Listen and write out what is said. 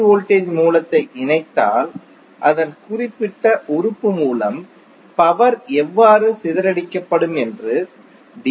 voltage மூலத்தை இணைத்தால் அந்த குறிப்பிட்ட உறுப்பு மூலம் பவர் எவ்வாறு சிதறடிக்கப்படும் என்றும் டி